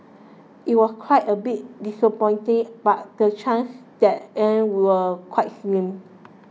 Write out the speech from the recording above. it was quite a bit disappointing but the chances that an were quite slim